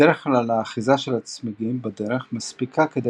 בדרך כלל האחיזה של הצמיגים בדרך מספיקה כדי